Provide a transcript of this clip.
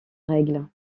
règle